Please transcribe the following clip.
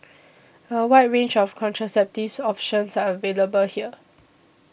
a wide range of contraceptive options are available here